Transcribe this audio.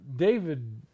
David